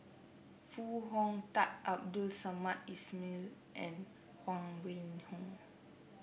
Foo Hong Tatt Abdul Samad Ismail and Huang Wenhong